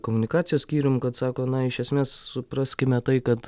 komunikacijos skyrium kad sako na iš esmės supraskime tai kad